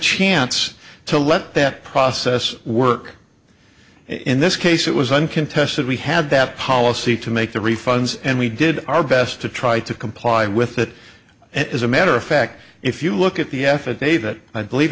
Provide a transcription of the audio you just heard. chance to let that process work in this case it was uncontested we had that policy to make the refunds and we did our best to try to comply with it and as a matter of fact if you look at the affidavit i believe